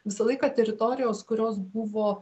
visą laiką teritorijos kurios buvo